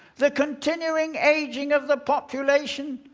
the continuing aging of the population